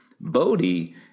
Bodhi